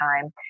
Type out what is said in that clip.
time